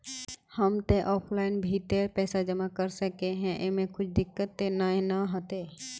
हम ते ऑफलाइन भी ते पैसा जमा कर सके है ऐमे कुछ दिक्कत ते नय न होते?